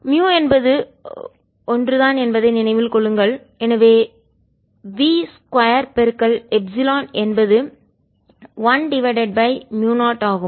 முயு என்பது ஒன்றுதான் என்பதை நினைவில் கொள்ளுங்கள் எனவே v 2 எப்சிலன் என்பது 1 முயு 0 ஆகும்